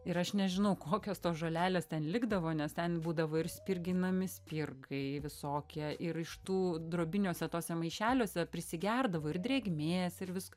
ir aš nežinau kokios tos žolelės ten likdavo nes ten būdavo ir spirginami spirgai visokie ir iš tų drobiniuose tuose maišeliuose prisigerdavo ir drėgmės ir visko